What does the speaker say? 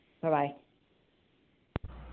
Bye-bye